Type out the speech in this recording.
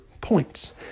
points